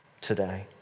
today